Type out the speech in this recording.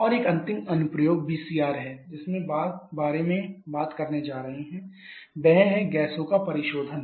और एक अंतिम अनुप्रयोग VCR मे जिसके बारे में बात करने जा रहे हैं वह है गैसों का परिशोधन